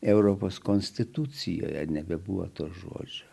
europos konstitucijoje nebebuvo to žodžio